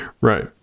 Right